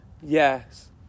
Yes